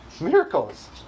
Miracles